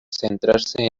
centrarse